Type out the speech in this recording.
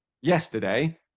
yesterday